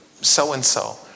so-and-so